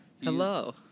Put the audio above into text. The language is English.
Hello